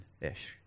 ish